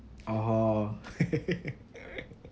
orh hor